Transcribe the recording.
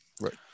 Right